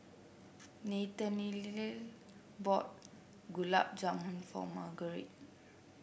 Nathaniel bought Gulab Jamun for Marguerite